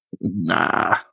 Nah